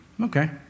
Okay